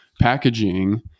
packaging